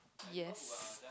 yes